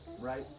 right